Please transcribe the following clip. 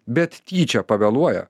bet tyčia pavėluoja